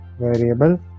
variable